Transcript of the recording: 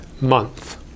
month